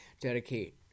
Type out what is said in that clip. dedicate